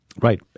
Right